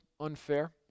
unfair